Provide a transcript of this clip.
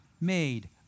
made